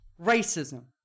Racism